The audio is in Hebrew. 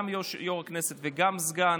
גם יו"ר הכנסת וגם סגן,